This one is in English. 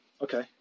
Okay